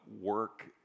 work